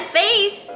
face